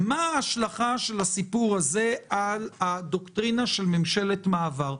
מה ההשלכה של הסיפור הזה על הדוקטרינה של ממשלת מעבר.